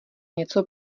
něco